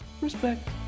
Respect